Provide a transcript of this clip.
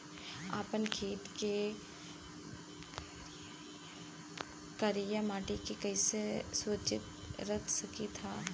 आपन खेत के करियाई माटी के कइसे सुरक्षित रख सकी ला?